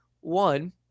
One